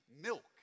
milk